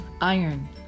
iron